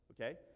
Okay